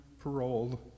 paroled